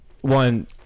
One